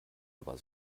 aber